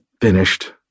finished